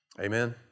Amen